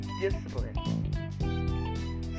discipline